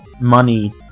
money